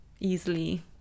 easily